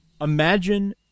imagine